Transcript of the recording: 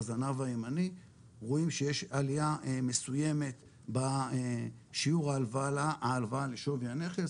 בזנב הימני רואים שיש עליה מסויימת בשיעור ההלוואה לשווי הנכס,